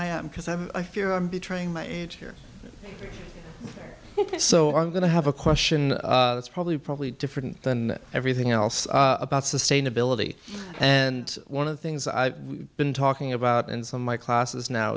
i am because i fear i'm betraying my age here so i'm going to have a question that's probably probably different than everything else about sustainability and one of the things i've been talking about and some my classes now